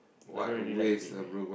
I don't really like to eat durian